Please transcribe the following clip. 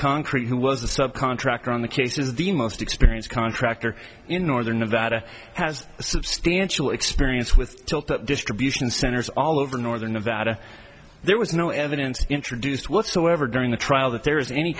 concrete who was the sub contractor on the case is the most experienced contractor in northern nevada has substantial experience with tilt that distribution centers all over northern nevada there was no evidence introduced whatsoever during the trial that there is any